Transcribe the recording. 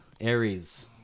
Aries